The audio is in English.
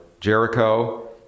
Jericho